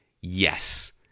Yes